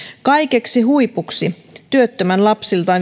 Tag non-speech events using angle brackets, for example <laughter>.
kaikeksi huipuksi työttömän lapsilta <unintelligible>